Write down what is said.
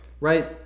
Right